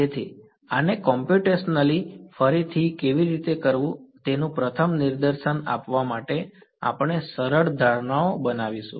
તેથી આને કોમ્પ્યુટેશનલી ફરીથી કેવી રીતે કરવું તેનું પ્રથમ નિદર્શન આપવા માટે આપણે સરળ ધારણાઓ બનાવીશું